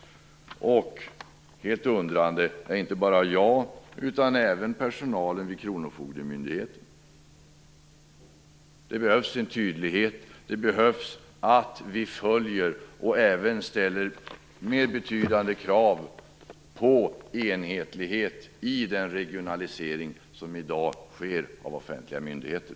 Helt undrande är inte bara jag utan även personalen vid kronofogdemyndigheten. Det behövs en tydlighet, det behövs att vi följer utvecklingen och även ställer betydande krav på enhetlighet i den regionalisering som i dag sker av offentliga myndigheter.